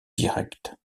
directe